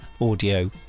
audio